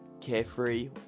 Carefree